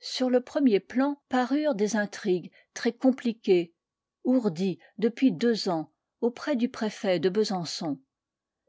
sur le premier plan parurent des intrigues très compliquées ourdies depuis deux ans auprès du préfet de besançon